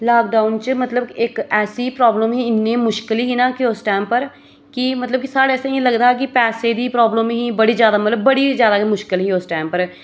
lockdown च मतलब इक ऐसी प्राब्लम ही इन्नी मुश्कल ही न कि उस टाइम पर कि मतलब कि साढ़े आस्तै इंया लगदा कि पैसे दी प्राब्लम ही बड़ी जादा मतलब बड़ी जादा मुश्कल ही उस टाइम पर